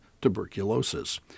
tuberculosis